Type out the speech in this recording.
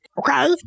Okay